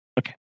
Okay